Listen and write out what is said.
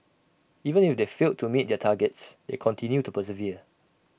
even if they failed to meet their targets they continue to persevere